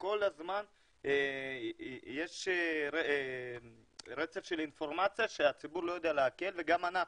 כל הזמן יש רצף של אינפורמציה שהציבור לא יודע לעכל וגם אנחנו,